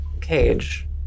cage